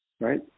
right